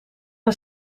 een